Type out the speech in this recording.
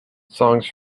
songs